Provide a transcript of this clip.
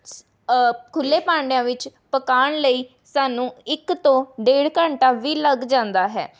ਸ ਖੁਲ੍ਹੇ ਭਾਂਡਿਆ ਵਿੱਚ ਪਕਾਉਣ ਲਈ ਸਾਨੂੰ ਇੱਕ ਤੋਂ ਡੇਢ ਘੰਟਾ ਵੀ ਲੱਗ ਜਾਂਦਾ ਹੈ